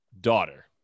daughter